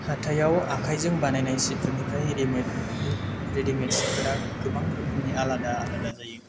हाथाइआव आखाइजों बानायनाय सिफोरनिफ्राय रेडिमेद रेडिमेदफोरा गोबां रोखोमनि आलादा जायो